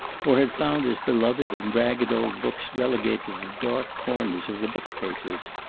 or had found his beloved and ragged old books relegated to dark corners of the bookcases.